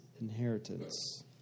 inheritance